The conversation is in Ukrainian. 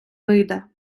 вийде